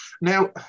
Now